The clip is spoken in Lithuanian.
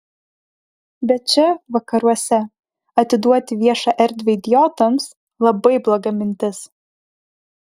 bet čia vakaruose atiduoti viešą erdvę idiotams labai bloga mintis